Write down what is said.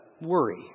worry